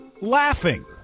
laughing